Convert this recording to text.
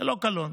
ללא קלון.